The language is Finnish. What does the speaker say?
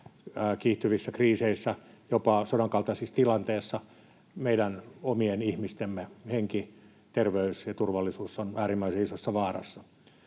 kiihtyvissä kriiseissä, jopa sodan kaltaisessa tilanteessa meidän omien ihmistemme henki, terveys ja turvallisuus ovat äärimmäisen isossa vaarassa.